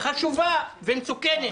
חשובה ומסוכנת,